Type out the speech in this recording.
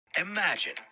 Imagine